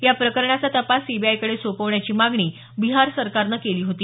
या प्रकरणाचा तपास सीबीआयकडे सोपवण्याची मागणी बिहार सरकारनं केली होती